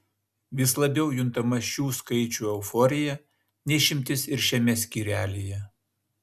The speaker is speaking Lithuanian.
vis labiau juntama šių skaičių euforija ne išimtis ir šiame skyrelyje